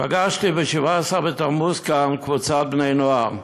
פגשתי בשבעה עשר בתמוז, כאן, קבוצת בני נוער.